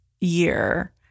year